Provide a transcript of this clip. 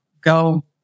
go